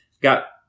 got